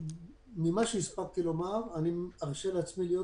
ממה שהספקתי להקשיב אני ארשה לעצמי להיות